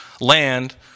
land